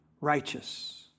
Righteous